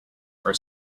are